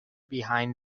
behind